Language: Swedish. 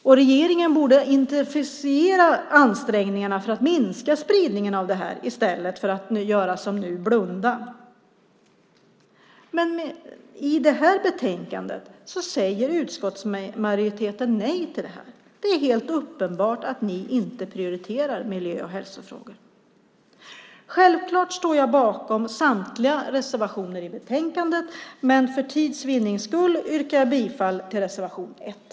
Och regeringen borde intensifiera ansträngningarna för att minska spridningen av det i stället för att som nu blunda. Men i betänkandet säger utskottsmajoriteten nej till det. Det är helt uppenbart att ni inte prioriterar miljö och hälsofrågor. Självklart står jag bakom samtliga reservationer i betänkandet, men för tids vinnande yrkar jag bifall bara till reservation 1.